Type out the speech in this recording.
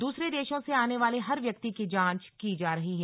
दूसरे देशों से आने वाले हर व्यक्ति की जांच की जा रही है